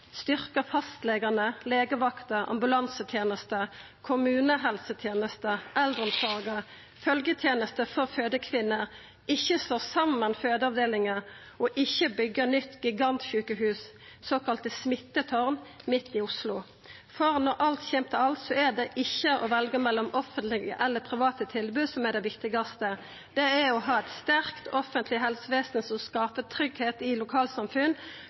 eldreomsorga, følgjetenesta for fødekvinner, ikkje slå saman fødeavdelingar og ikkje byggja eit nytt gigantsjukehus, eit såkalla «smittetårn», midt i Oslo. Når alt kjem til alt, er det ikkje å velja mellom offentlege eller private tilbod som er det viktigaste. Det er å ha eit sterkt offentleg helsevesen som skaper tryggleik i lokalsamfunn